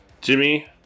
Jimmy